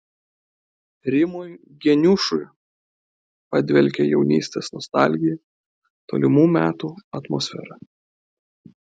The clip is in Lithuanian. rimui geniušui padvelkia jaunystės nostalgija tolimų metų atmosfera